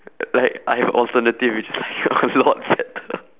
like I have alternative which is like a lot better